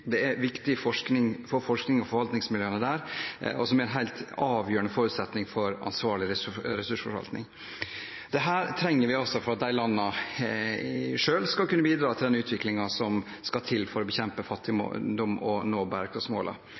det er viktig forskning for forsknings- og forvaltningsmiljøene der, noe som er en helt avgjørende forutsetning for en ansvarlig ressursforvaltning. Dette trenger vi altså for at disse landene selv skal kunne bidra til den utviklingen som skal til for å bekjempe fattigdom og